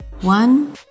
One